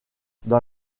dans